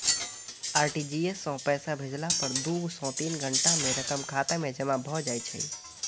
RTGS सं पैसा भेजला पर दू सं तीन घंटा मे रकम खाता मे जमा भए जाइ छै